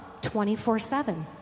24-7